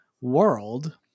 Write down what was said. world